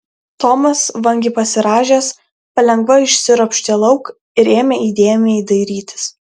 tomas vangiai pasirąžęs palengva išsiropštė lauk ir ėmė įdėmiai dairytis